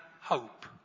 hope